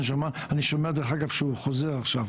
אני שומע, דרך אגב, שהוא חוזר עכשיו.